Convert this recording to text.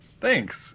Thanks